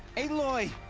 aloy!